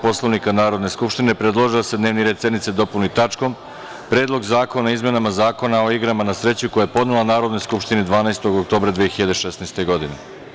Poslovnika Narodne skupštine, predložila je da se dnevni red sednice dopuni tačkom – Predlog zakona o izmenama Zakona o igrama na sreću, koji je podnela Narodnoj skupštini 12. oktobra 2016. godine.